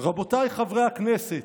"רבותיי חברי הכנסת,